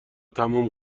تموم